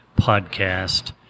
podcast